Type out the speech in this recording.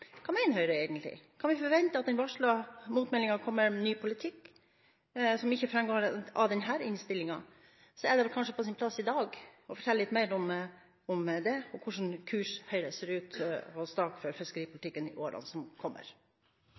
Hva mener Høyre egentlig? Kan vi forvente at den varslede motmeldingen kommer med en ny politikk som ikke framgår av denne innstillingen? Da er det vel kanskje på sin plass i dag å fortelle mer om det og hvilken kurs Høyre ser ut til å stake for fiskeripolitikken i årene som kommer.